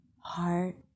heart